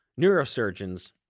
neurosurgeons